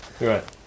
right